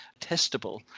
testable